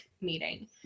meeting